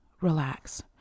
relax